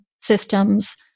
systems